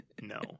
No